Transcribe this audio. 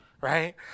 right